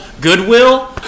Goodwill